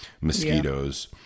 mosquitoes